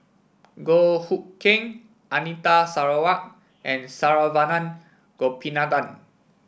Goh Hood Keng Anita Sarawak and Saravanan Gopinathan